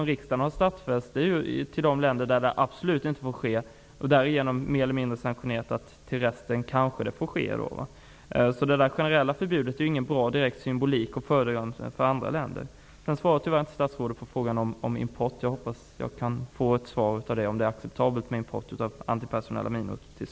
Riksdagen har stadfäst till vilka länder export absolut inte får ske, och därigenom mer eller mindre sanktionerat export till resten av världens länder. Det generella förbudet tjänar inte som någon bra symbol, och det fungerar inte som något föredöme för andra länder. Statsrådet svarade tyvärr inte på frågan om import. Jag hoppas kunna få ett svar på frågan om det är acceptabelt med import av antipersonella minor till